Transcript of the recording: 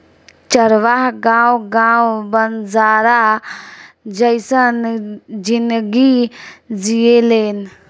चरवाह गावं गावं बंजारा जइसन जिनगी जिऐलेन